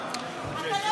מה ראית?